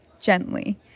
gently